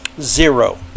Zero